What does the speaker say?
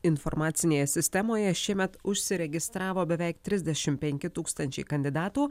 informacinėje sistemoje šiemet užsiregistravo beveik trisdešimt penki tūkstančiai kandidatų